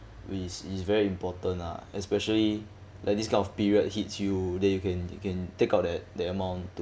is is very important lah especially like this kind of period hits you then you can you can take out that that amount to